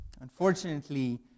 unfortunately